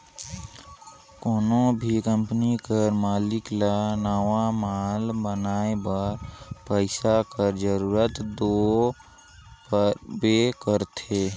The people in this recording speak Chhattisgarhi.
कोनो भी कंपनी कर मालिक ल नावा माल बनाए बर पइसा कर जरूरत दो परबे करथे